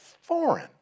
foreign